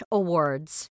awards